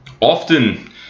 often